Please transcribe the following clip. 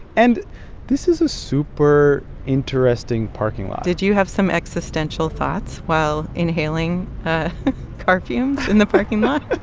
and this is a super interesting parking lot did you have some existential thoughts while inhaling car fumes in the parking lot?